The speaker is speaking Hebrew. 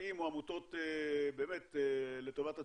פרטיים או עמותות באמת לטובת הציבור,